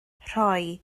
rhoi